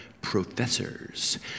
professors